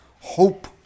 hope